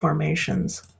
formations